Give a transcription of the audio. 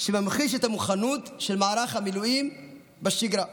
שממחיש את המוכנות של מערך המילואים בשגרה.